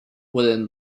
within